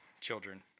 children